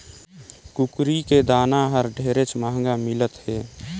कुकरी के दाना हर ढेरेच महंगा मिलत हे